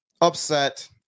upset